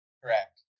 Correct